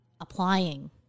applying